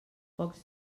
pocs